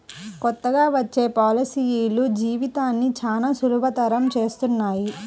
కొత్తగా వచ్చే పాలసీలు జీవితాన్ని చానా సులభతరం చేస్తున్నాయి